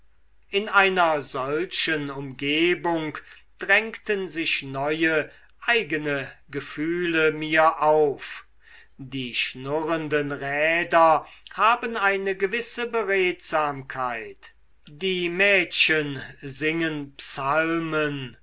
in einer solchen umgebung drängten sich neue eigene gefühle mir auf die schnurrenden räder haben eine gewisse beredsamkeit die mädchen singen psalmen